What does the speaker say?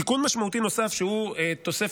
תיקון משמעותי נוסף שהוא תוספת,